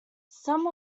some